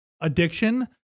addiction